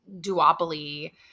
duopoly